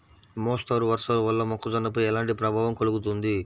మోస్తరు వర్షాలు వల్ల మొక్కజొన్నపై ఎలాంటి ప్రభావం కలుగుతుంది?